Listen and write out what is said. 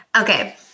Okay